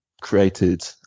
created